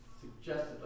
suggested